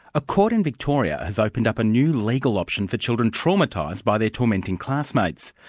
a court in victoria has opened up a new legal option for children traumatised by their tormenting classmates.